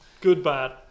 Good-bad